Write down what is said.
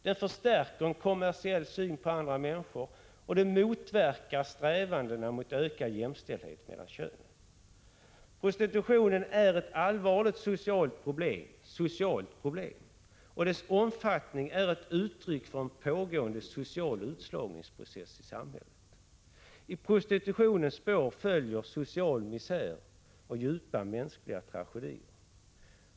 Den förstärker en kommersiell syn på andra människor, och den motverkar strävandena mot ökad jämställdhet mellan könen. Prostitutionen är ett allvarligt socialt problem, och dess omfattning är ett uttryck för en pågående social utslagningsprocess i samhället. I prostitutionens spår följer social misär och djupa mänskliga tragedier.